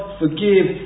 forgive